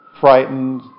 frightened